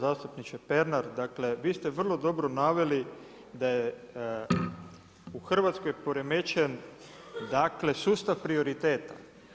Zastupniče Pernar, dakle vi ste vrlo dobro naveli da je u Hrvatskoj poremećen sustav prioriteta.